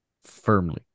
Firmly